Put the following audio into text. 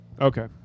Okay